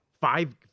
Five